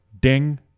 ding